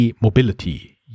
Mobility